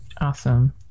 awesome